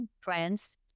friends